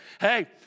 hey